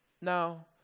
Now